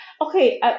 okay